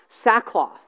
sackcloth